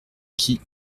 qui